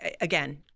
again